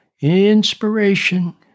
inspiration